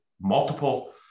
multiple